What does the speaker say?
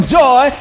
joy